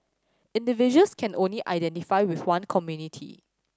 individuals can only identify with one community